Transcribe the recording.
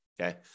okay